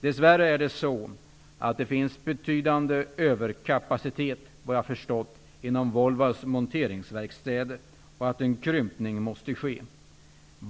Dess värre finns det enligt vad jag har förstått en betydande överkapacitet inom Volvos monteringsverkstäder och en krympning måste ske.